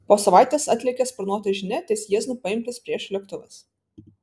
po savaitės atlėkė sparnuota žinia ties jieznu paimtas priešo lėktuvas